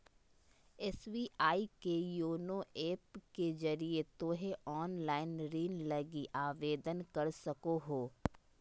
SBI के YONO app के जरिए तोय ऑनलाइन ऋण लगी आवेदन कर सको हो